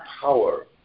power